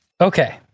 Okay